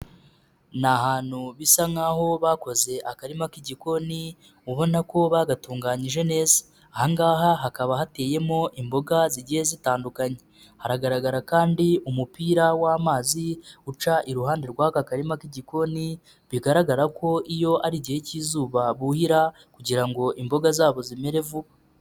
Ni ahantu bisa nk'aho bakoze akarima k'igikoni, ubona ko bagatunganyije neza, aha ngaha hakaba hateyemo imboga zigiye zitandukanye, haragaragara kandi umupira w'amazi, uca iruhande rw'aka karima k'igikoni, bigaragara ko iyo ari igihe cy'izuba buhira kugira ngo imboga zabo zimere vuba.